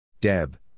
Deb